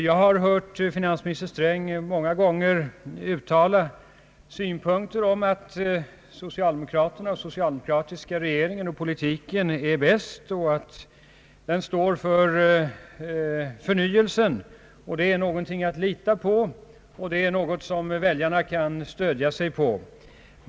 Jag har hört finansminister Sträng många gånger uttala att den socialdemokratiska regeringens politik är bäst, att den står för förnyelsen, att den är någonting att lita på och något som väljarna kan stödja sig på.